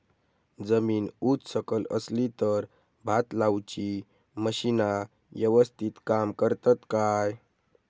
जमीन उच सकल असली तर भात लाऊची मशीना यवस्तीत काम करतत काय?